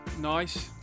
Nice